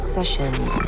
Sessions